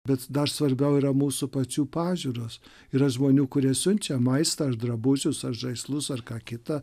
bet dar svarbiau yra mūsų pačių pažiūros yra žmonių kurie siunčia maistą ar drabužius ar žaislus ar ką kitą